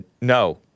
no